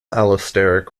allosteric